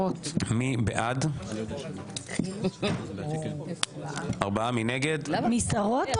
שבוע אחרי שבוע כבר 11 שבועות ברציפות והמחאה הולכת ומתעצמת.